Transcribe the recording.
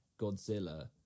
Godzilla